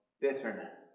bitterness